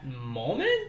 moment